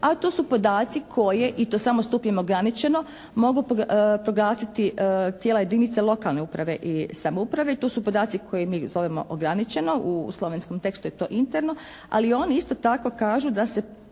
a to su podaci koje i to samo sa stupnjem ograničeno mogu proglasiti tijela jedinica lokalne uprave i samouprave. I to su podaci koje mi zovemo ograničeno. U slovenskom tekstu je to interno. Ali i oni isto tako kažu da se